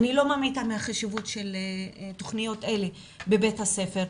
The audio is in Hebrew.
ואני לא ממעיטה מחשיבות תכניות אלה בבית הספר,